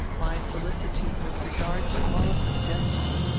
my solicitude with regard to wallace's destiny,